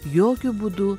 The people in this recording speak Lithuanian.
jokiu būdu